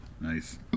Nice